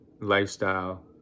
lifestyle